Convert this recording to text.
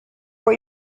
what